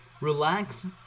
relax